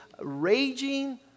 raging